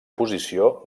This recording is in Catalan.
posició